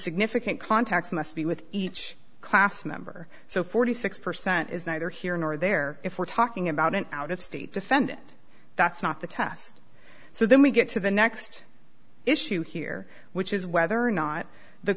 significant contacts must be with each class member so forty six percent is neither here nor there if we're talking about an out of state defendant that's not the test so then we get to the next issue here which is whether or not the